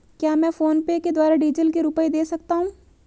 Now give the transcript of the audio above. क्या मैं फोनपे के द्वारा डीज़ल के रुपए दे सकता हूं?